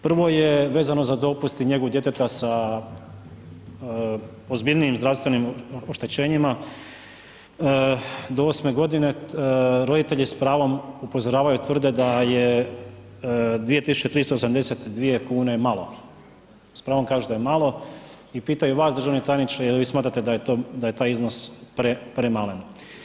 Prvo je vezano za dopust i njegu djeteta sa ozbiljnijim zdravstvenim oštećenjima, do osme godine roditelji s pravom upozoravaju i tvrde da je 2.382,00 kune malo, s pravom kažu da je malo, i pitaju vas državni tajniče jel' vi smatrate da je to, da je taj iznos premalen.